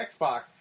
Xbox